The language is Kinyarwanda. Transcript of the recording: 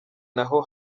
naho